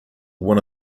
one